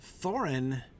Thorin